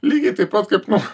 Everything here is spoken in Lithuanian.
lygiai taip pat kaip nu